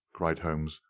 cried holmes.